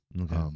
Okay